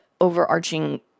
overarching